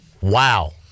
wow